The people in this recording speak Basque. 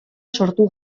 sortu